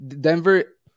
Denver